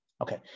Okay